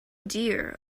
dear